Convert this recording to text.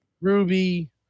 Ruby